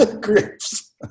grips